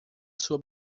sua